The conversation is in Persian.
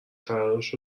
تلاش